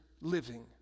living